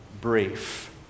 brief